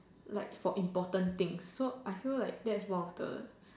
like for important things so I feel like that is one of the